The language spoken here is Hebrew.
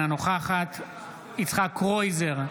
אינה נוכחת יצחק קרויזר,